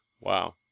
Wow